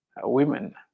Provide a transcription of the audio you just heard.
women